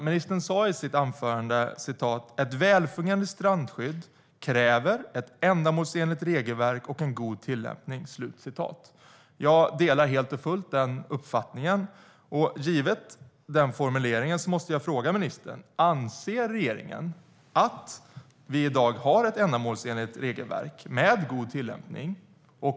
Ministern sa i sitt anförande: "Ett väl fungerande strandskydd kräver ett ändamålsenligt regelverk och en god tillämpning." Jag delar helt och fullt den uppfattningen. Givet den formuleringen måste jag fråga ministern: Anser regeringen att vi i dag har ett ändamålsenligt regelverk med god tillämpning?